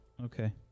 okay